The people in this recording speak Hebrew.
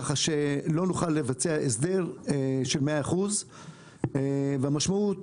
כך שלא נוכל לבצע הסדר של 100%. המשמעות